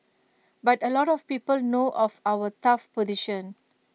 but A lot of people know of our tough position